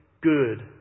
good